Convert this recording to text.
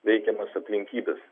reikiamas aplinkybes